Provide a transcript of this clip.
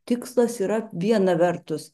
tikslas yra viena vertus